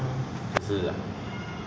oh err 你有去 join C_C_A mah